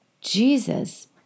Jesus